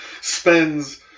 spends